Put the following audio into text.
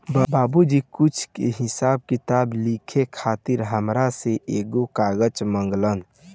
बाबुजी कुछ के हिसाब किताब लिखे खातिर हामरा से एगो कागज मंगलन